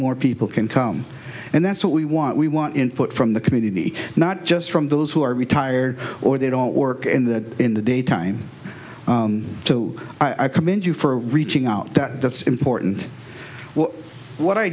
more people can come and that's what we want we want input from the community not just from those who are retired or they don't work in that in the daytime too i commend you for reaching out that that's important what what i